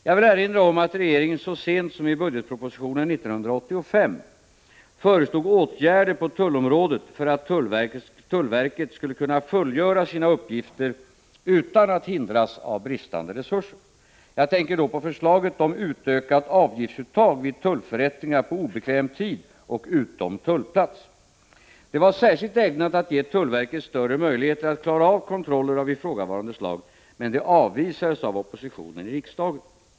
Jag vill erinra om att regeringen så sent som i budgetpropositionen 1985 föreslog åtgärder på tullområdet för att tullverket skulle kunna fullgöra sina uppgifter utan att hindras av bristande resurser. Jag tänker då på förslaget om utökat avgiftsuttag vid tullförrättningar på obekväm tid och utom tullplats. Det var särskilt ägnat att ge tullverket större möjligheter att klara av kontroller av ifrågavarande slag, men det avvisades av oppositionen i riksdagen.